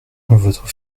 votre